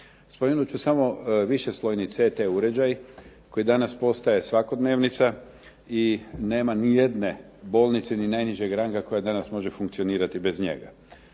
Spomenut ću samo višeslojni CT uređaj koji danas postaje svakodnevnica i nema nijedne bolnice ni najnižeg ranga koji danas može funkcionirati bez njega.